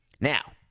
Now